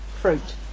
fruit